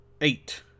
eight